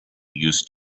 used